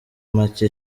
make